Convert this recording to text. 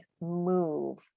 move